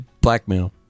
Blackmail